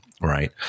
right